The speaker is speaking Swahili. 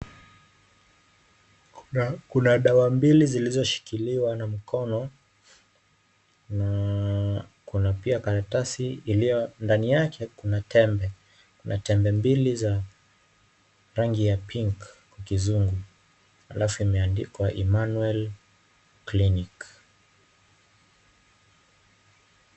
Kuna dawa mbili zilizoshikiliwa na mkono na kuna pia karatasi iliyo ndani yake kuna tembe, kuna tembe mbili za rangi ya pink kwa Kizungu halafu imeandikwa Emmanuel clinic.